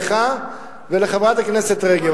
לך ולחברת הכנסת רגב,